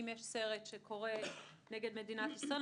אם יש סרט שקורא נגד מדינת ישראל,